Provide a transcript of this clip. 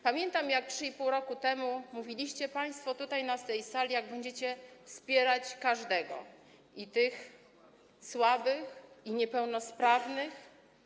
Pamiętam, jak 3,5 roku temu mówiliście państwo tutaj na tej sali, jak będziecie wspierać każdego - i tych słabych, i niepełnosprawnych.